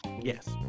Yes